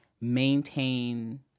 maintain